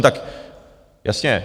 Tak jasně.